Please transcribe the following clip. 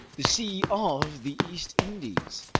the sea of the east indies,